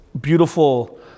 beautiful